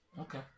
Okay